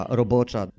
robocza